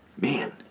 Man